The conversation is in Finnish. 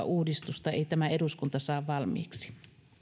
uudistusta ei tämä eduskunta saa valmiiksi